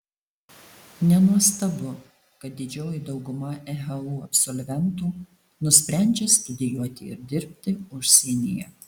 nenuostabu kad didžioji dauguma ehu absolventų nusprendžia studijuoti ir dirbti užsienyje